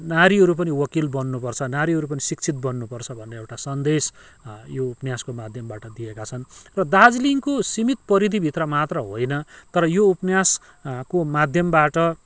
नारीहरू पनि वकिल बन्नुपर्छ नानीहरू पनि शिक्षित बन्नुपर्छ भन्ने एउटा सन्देश यो उपन्यासको माध्यमबाट दिएका छन् र दार्जिलिङको सीमित परिधिभित्र मात्र होइन तर यो उपन्यासको माध्यमबाट